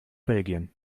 belgien